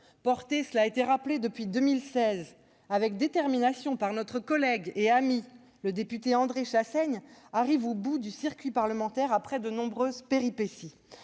loi, portée depuis 2016 avec détermination par notre collègue et ami, le député André Chassaigne, arrive au bout du circuit parlementaire après de nombreuses péripéties.